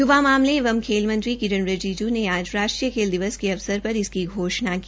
युवा मामले एवं खेल मंत्री किरेन रिजिजू ने आज राष्ट्रीय खेल दिवस के अवसर पर इसकी घोषणा की